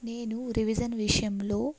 నేను రివిజన్ విషయంలో